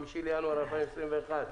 5 בינואר 2021,